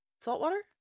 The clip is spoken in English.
saltwater